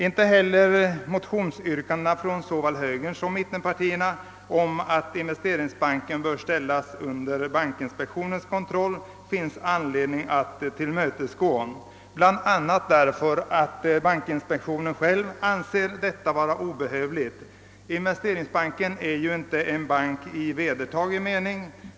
Inte heller motionsyrkandena från såväl högern som mittenpartierna om att Investeringsbanken bör ställas under bankinspektionens kontroll finns det anledning att tillmötesgå bl.a. därför att bankinspektionen själv anser detta vara obehövligt. Investeringsbanken är ju inte en bank i vedertagen mening.